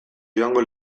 joango